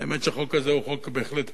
האמת שהחוק הזה הוא חוק בהחלט פעוט,